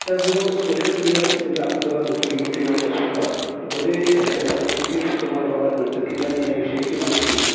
त्याचबरोबर सोशल मीडियास म्हणजे आपण त्याला म्हणतो यूट्यूबवरसुद्धा बरेच याच्यासारखे क्लिप्स तुम्हाला बघायला मिळतात की ज्यात या विषयांची माहिती